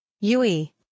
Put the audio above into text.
Yui